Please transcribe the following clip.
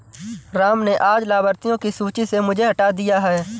राम ने आज लाभार्थियों की सूची से मुझे हटा दिया है